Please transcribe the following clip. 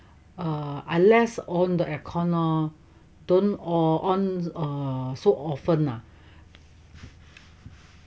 err I less on the aircon lor don't on err so often lah